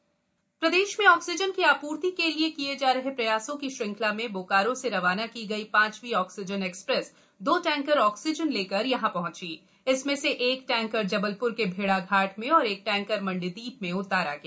oxygen express प्रदेश में oxygen की आपूर्ति के लिए किये जा रहे प्रयासों की श्रंखला में बोकारो से रवाना की गई पांचवीं ऑक्सीजन एक्सप्रेस में दो टैंकर ऑक्सीजन लेकर यहाँ पहंची जिसमें से एक टैंकर जबलप्र के भेड़ाघाट में और एक टैंकर मंडीदीप में उतारा गया